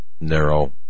narrow